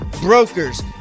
brokers